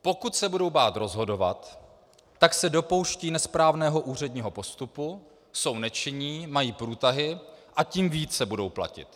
Pokud se budou bát rozhodovat, tak se dopouštějí nesprávného úředního postupu, jsou nečinní, mají průtahy, a tím více budou platit.